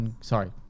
sorry